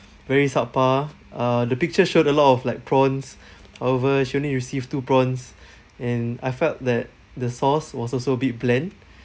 very subpar uh the picture showed a lot of like prawns however she only received two prawns and I felt that the sauce was also a bit bland